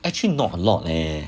actually not a lot leh